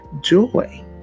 joy